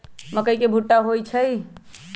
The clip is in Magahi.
मकई के भुट्टा होई छई